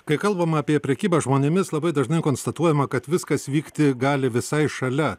kai kalbama apie prekybą žmonėmis labai dažnai konstatuojama kad viskas vykti gali visai šalia